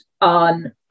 on